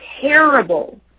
Terrible